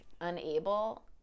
unable